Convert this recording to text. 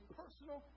personal